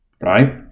right